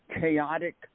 chaotic